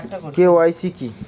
KYC কি?